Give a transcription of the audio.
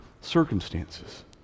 circumstances